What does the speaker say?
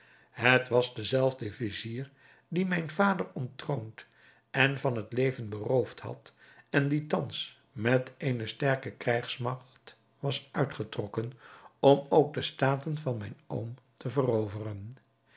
het was dezelfde vizier die mijn vader onttroond en van het leven beroofd had en die thans met eene sterke krijgsmagt was uitgetrokken om ook de staten van mijn oom te veroveren